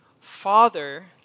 Father